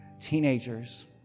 teenagers